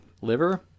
Liver